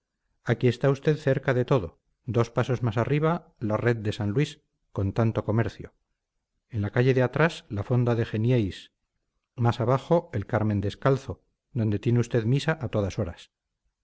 aquí está usted cerca de todo dos pasos más arriba la red de san luis con tanto comercio en la calle de atrás la fonda de genieys más abajo el carmen descalzo donde tiene usted misa a todas horas